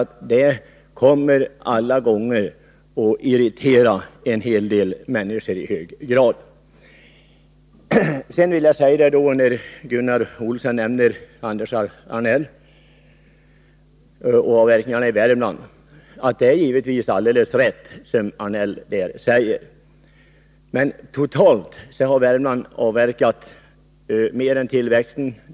Tvånget kommer att i hög grad irritera en hel del skogsägare! När Gunnar Olsson nämner Anders Arnell och avverkningarna i Värmland vill jag nämna att det naturligtvis är rätt som Anders Arnell säger. Men totalt sett har man i Värmland avverkat mer än tillväxten.